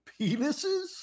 penises